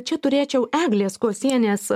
čia turėčiau eglės kosienės